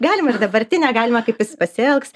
galima ir dabartinę galima kaip jis pasielgs